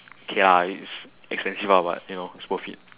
okay lah it's expensive but you know its worth it